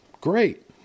great